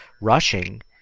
rushing